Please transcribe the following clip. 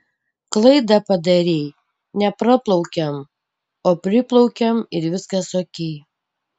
klaidą padarei ne praplaukiam o priplaukiam ir viskas okei